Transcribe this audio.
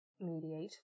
mediate